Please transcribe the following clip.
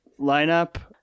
lineup